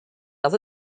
does